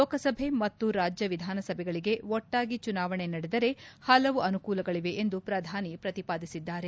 ಲೋಕಸಭೆ ಮತ್ತು ರಾಜ್ಯ ವಿಧಾನಸಭೆಗಳಿಗೆ ಒಟ್ಟಾಗಿ ಚುನಾವಣೆ ನಡೆದರೆ ಪಲವು ಅನುಕೂಲಗಳಿವೆ ಎಂದು ಪ್ರಧಾನಿ ಪ್ರತಿಪಾದಿಸಿದ್ದಾರೆ